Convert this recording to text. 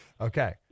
Okay